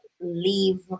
leave